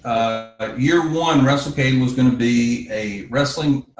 ah your one recipe was gonna be a wrestling,